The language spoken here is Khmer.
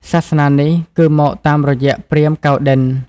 សាសនានេះគឺ មកតាមរយៈព្រាហ្មណ៍កៅណ្ឌិន្យ ។